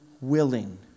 willing